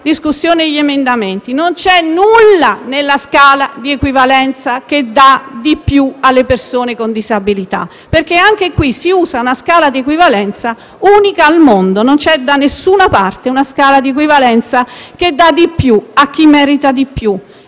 dell'esame degli emendamenti, ma non c'è nulla nella scala di equivalenza che dia di più alle persone con disabilità. Si usa infatti una scala di equivalenza unica al mondo: non c'è da nessuna parte una scala di equivalenza che non dia di più a chi merita di più